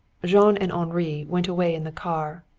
jean and henri went away in the car,